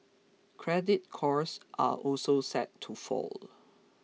credit costs are also set to fall